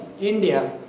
India